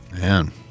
man